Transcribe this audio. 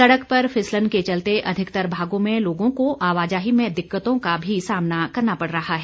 सड़क पर फिसलन के चलते अधिकतर भागों में लोगों को आवाजाही में दिक्कतों का भी सामना करना पड़ रहा है